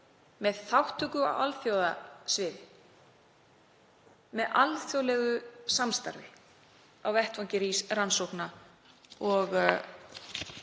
með þátttöku á alþjóðasviði, í alþjóðlegu samstarfi á vettvangi rannsókna,